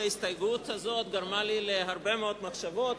שההסתייגות הזאת גרמה לי להרבה מאוד מחשבות,